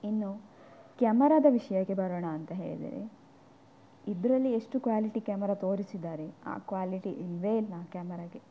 ಇನ್ನು ಕ್ಯಾಮರಾದ ವಿಷಯಕ್ಕೆ ಬರೋಣ ಅಂತ ಹೇಳಿದರೆ ಇದರಲ್ಲಿ ಎಷ್ಟು ಕ್ವ್ಯಾಲಿಟಿ ಕ್ಯಾಮರಾ ತೋರಿಸಿದ್ದಾರೆ ಆ ಕ್ವಾಲಿಟಿ ಇಲ್ಲವೇ ಇಲ್ಲ ಆ ಕ್ಯಾಮರಾಗೆ